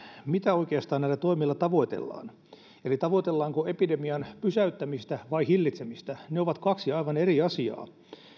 mitä oikeastaan näillä toimilla tavoitellaan eli tavoitellaanko epidemian pysäyttämistä vai hillitsemistä ne ovat kaksi aivan eri asiaa